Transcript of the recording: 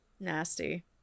Nasty